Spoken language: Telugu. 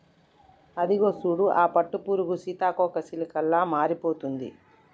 అదిగో చూడు ఆ పట్టుపురుగు సీతాకోకచిలుకలా మారిపోతుంది